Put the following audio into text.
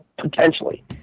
potentially